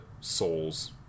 souls